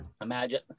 Imagine